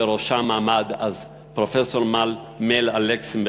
בראשם עמד אז פרופסור מל אלכסנברג,